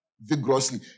vigorously